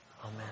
Amen